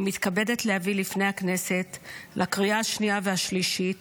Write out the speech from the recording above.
אני מתכבדת להביא לפני הכנסת לקריאה השנייה והשלישית